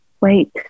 wait